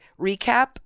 recap